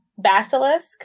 basilisk